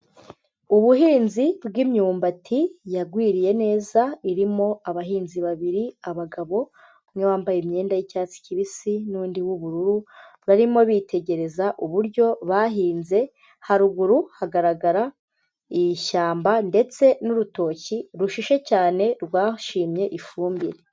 Ubuhinzi bw'imyumbati yagwiriye neza irimo abahinzi babiri, abagabo umwe bambaye imyenda y'icyatsi kibisi n'undi w'ubururu, barimo bitegereza uburyo bahinze, haruguru hagaragara ishyamba ndetse n'urutoki rushishe cyane rwashimye ifumbire.